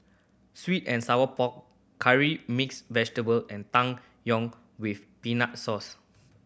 sweet and sour pork Curry Mixed Vegetable and Tang Yuen with peanut source